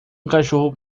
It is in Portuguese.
cachorro